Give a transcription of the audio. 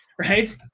Right